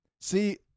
See